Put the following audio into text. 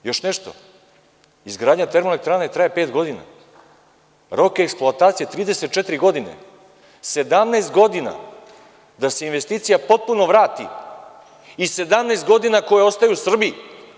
Još nešto, izgradnja termoelektrane traje pet godina, rok eksploatacije 34 godine, 17 godina da se investicija potpuno vrati i 17 godina koje ostaju u Srbiji.